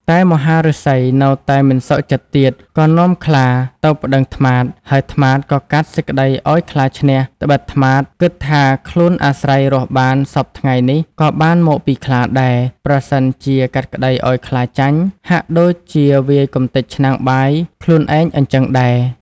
តែមហាឫសីនៅតែមិនសុខចិត្តទៀត ក៏នាំខ្លាទៅប្តឹងត្មាត ហើយត្មាតក៏កាត់សេចក្តីឱ្យខ្លាឈ្នះ ត្បិតត្នោតគិតថាខ្លួនអាស្រ័យរស់បានសព្វថ្ងៃនេះក៏បានមកពីខ្លាដែរ ប្រសិនជាកាត់ក្តីឱ្យខ្លាចាញ់ ហាក់ដូចជាវាយកម្ទេចឆ្នាំងបាយខ្លួនឯងអញ្ចឹងដែរ។